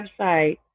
website